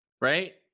right